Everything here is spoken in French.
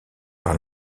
par